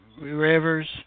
Rivers